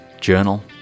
Journal